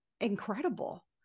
incredible